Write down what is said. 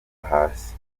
hasi